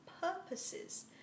purposes